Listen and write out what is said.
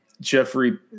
Jeffrey